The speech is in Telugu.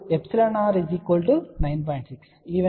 6 ఈవెన్ మోడ్ కోసం